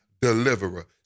deliverer